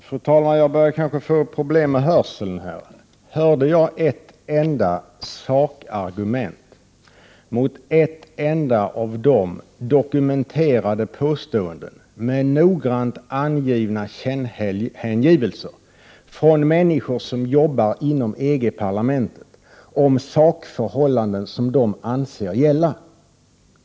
Fru talman! Jag börjar kanske få problem med hörseln. Hörde jag ett enda sakargument mot ett enda av de dokumenterade påståenden med noggrant angivna källhänvisningar från människor som jobbar inom EG-parlamentet om sakförhållanden som de anser gälla?